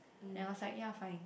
then I was like ya fine